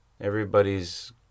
Everybody's